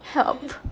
help